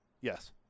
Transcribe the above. Yes